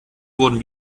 wurden